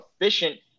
efficient